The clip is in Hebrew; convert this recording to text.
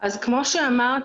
אז כמו שאמרתי,